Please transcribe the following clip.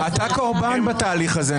אתה קורבן בתהליך הזה.